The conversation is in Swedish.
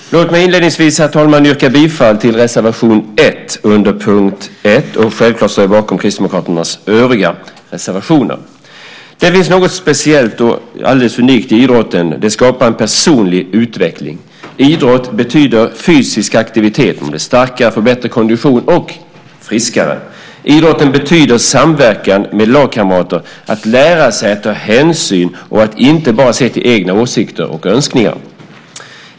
Låt mig inledningsvis yrka bifall till reservation 1 under punkt 1. Självklart står jag bakom Kristdemokraternas övriga reservationer. Det finns något speciellt och alldeles unikt i idrotten. Det skapar personlig utveckling: Idrott betyder fysisk aktivitet - man blir starkare, får bättre kondition och blir friskare. Idrotten betyder samverkan med lagkamrater - att lära sig att ta hänsyn och att inte bara se till egna åsikter och önskningar.